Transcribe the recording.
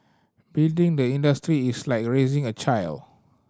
building the industry is like raising a child